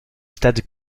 stade